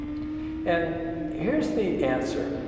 and here's the answer.